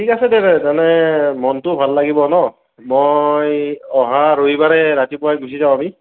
ঠিক আছে দিয়া তেনে মনটোও ভাল লাগিব ন মই অহা ৰবিবাৰে ৰাতিপুৱাই গুচি যাম আমি